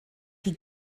chi